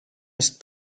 ist